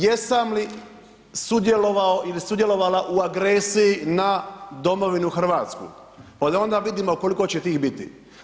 Jesam li sudjelovao ili sudjelovala u agresiji na domovinu Hrvatsku pa da onda vidimo koliko će tih biti.